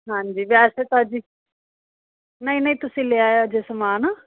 ਹਾਂਜੀ ਵੈਸੇ ਤਾਂ ਜੀ ਨਹੀਂ ਨਹੀਂ ਤੁਸੀਂ ਲਿਆਇਆ ਜੇ ਸਮਾਨ